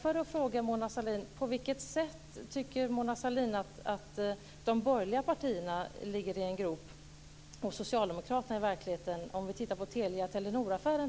Får jag då fråga Mona Sahlin: På vilket sätt tycker Mona Sahlin att de borgerliga partierna ligger i en grop och Socialdemokraterna befinner sig i verkligheten om vi tittar på Telia-Telenor-affären?